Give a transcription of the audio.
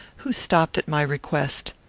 who stopped at my request.